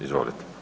Izvolite.